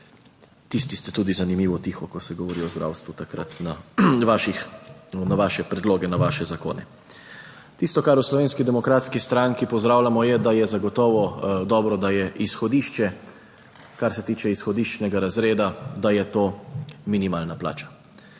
Tisti ste tudi zanimivo tiho, ko se govori o zdravstvu, takrat, na vaših, na vaše predloge, na vaše zakone. Tisto, kar v Slovenski demokratski stranki pozdravljamo je, da je zagotovo dobro, da je izhodišče, kar se tiče izhodiščnega razreda, da je to minimalna plača.